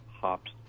hops